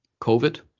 COVID